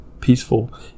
peaceful